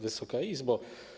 Wysoka Izbo!